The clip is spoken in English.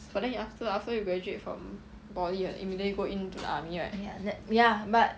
but then you after after you graduate from poly then immediately go into the army right